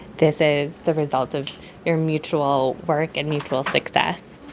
this is the result of your mutual work and mutual success